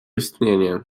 istnienie